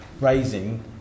raising